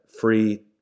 free